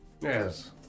Yes